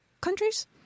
countries